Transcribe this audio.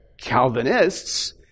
Calvinists